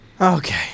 Okay